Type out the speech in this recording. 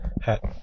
hat